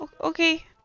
okay